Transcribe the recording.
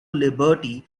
liberty